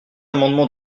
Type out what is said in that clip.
amendement